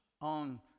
on